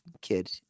kid